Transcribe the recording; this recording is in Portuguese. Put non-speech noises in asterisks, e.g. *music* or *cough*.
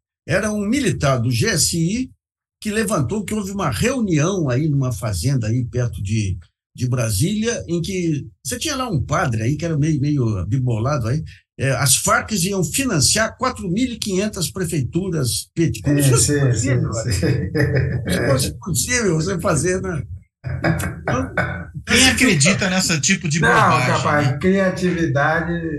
Era um militar do GSI que levantou que houve uma reunião aí numa fazenda aí perto de- de Brasília, em que você tinha lá um padre aí que era meio- meio abibolado aí, eh, as Farc iam financiar 4.500 prefeituras petistas. Como Sim, isso é sim, *laughs* possível, sim, cara? sim. Como isso é possível você fazer, né? Então- Quem acredita nessa tipo de Não, bobagem, capaz, né? criatividade.